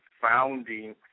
founding